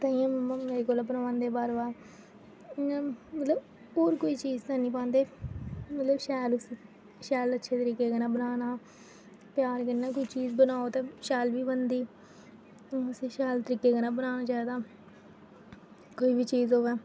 तां मम्मा मेरे कोला बनवांदे बार बार मतलब होर कोई चीज ते निं पांदे मतलब शैल उसी शैल अच्छे तरीके कन्नै बनाना प्यार कन्नै कोई चीज बनाओ ते शैल बी बनदी उसी शैल तरीके कन्नै बनाने चाहिदा कोई बी चीज होऐ